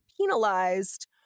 penalized